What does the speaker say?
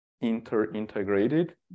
inter-integrated